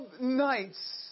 nights